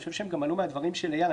ואני חושב שהם עלו גם מהדברים של אייל.